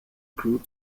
group